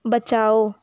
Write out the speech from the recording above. बचाओ